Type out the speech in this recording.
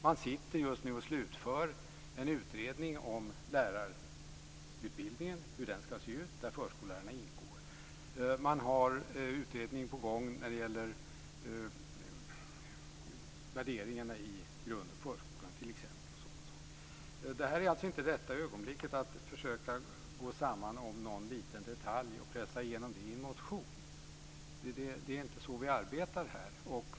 Man slutför just nu en utredning om hur lärarutbildningen skall se ut, där förskollärarna ingår. Man har en utredning på gång när det gäller värderingarna i grund och förskolan. Det här är alltså inte rätta ögonblicket att försöka gå samman om någon liten detalj och pressa igenom det i en motion. Det är inte så vi arbetar här.